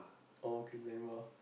oh Kezema